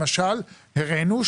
למשל הראינו,